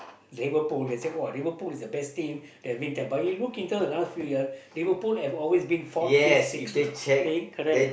Liverpool they say !wah! Liverpool is the best team that win but look in term of last few years Liverpool have always been fourth fifth sixth you know thing correct